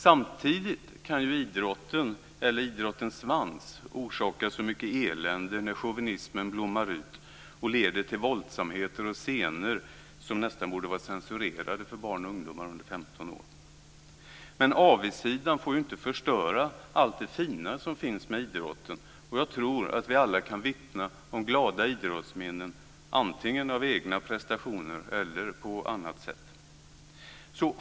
Samtidigt kan ju idrotten, eller idrottens svans, orsaka så mycket elände när chauvinismen blommar ut och leder till våldsamheter och scener som nästan borde vara censurerade för barn och ungdomar under 15 år. Men avigsidan får ju inte förstöra allt det fina som finns med idrotten. Och jag tror att vi alla kan vittna om glada idrottsminnen, antingen av egna prestationer eller på annat sätt.